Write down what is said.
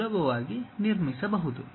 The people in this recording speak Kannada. ಸುಲಭವಾಗಿ ನಿರ್ಮಿಸಬಹುದು